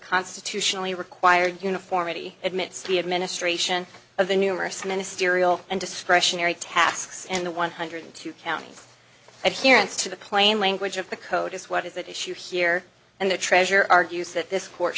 constitutionally required uniformity admits the administration of the numerous ministerial and discretionary tasks and the one hundred two county adherence to the plain language of the code is what is that issue here and the treasurer argues that this court